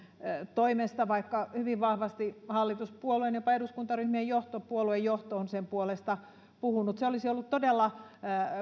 toimesta vaikka hyvin vahvasti hallituspuolueiden jopa eduskuntaryhmien puoluejohto on se puolesta puhunut se olisi ollut todella